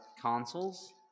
consoles